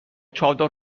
چادر